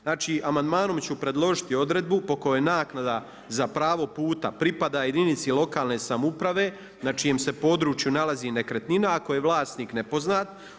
Znači, amandmanom ću predložiti odredbu po kojoj naknada za pravo puta pripada jedinici lokalne samouprave na čijem se području nalazi nekretnina ako je vlasnik nepoznat.